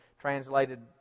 translated